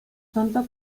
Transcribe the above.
tonto